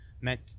meant